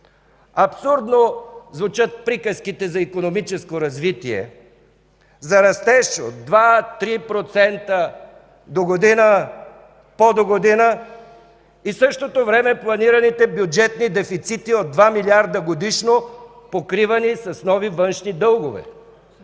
Абсурдно звучат приказките за икономическо развитие, за растеж от 2 – 3% догодина, пò догодина и в същото време планираните бюджетни дефицити от два милиарда годишно, покривани с нови външни дългове.